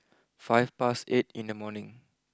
five past eight in the morning